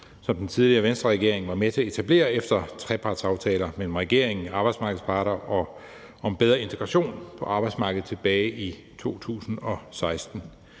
som den tidligere Venstreregering var med til at etablere efter trepartsaftaler mellem regeringen og arbejdsmarkedets parter om bedre integration på arbejdsmarkedet tilbage i 2016.